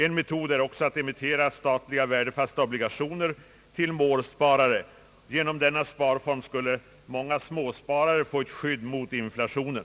En metod är också att emittera statliga och värdefasta obligationer till målsparare. Genom denna sparform - skulle många småsparare få ett skydd mot inflationen.